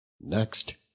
Next